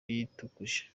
yitukuje